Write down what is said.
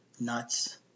nuts